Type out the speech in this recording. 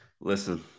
Listen